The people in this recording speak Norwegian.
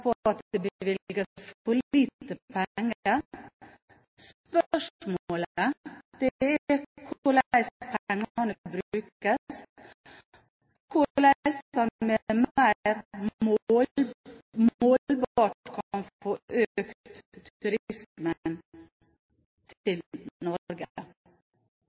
på at det bevilges for lite penger. Spørsmålet er hvordan pengene brukes. Hvordan kan man mer målbart få økt turisme i Norge? Like viktig vil det